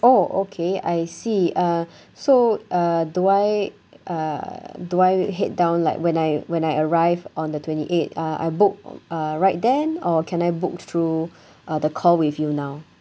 oh okay I see uh so uh do I uh do I head down like when I when I arrive on the twenty eight uh I book uh right then or can I book through uh the call with you now